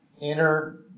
inner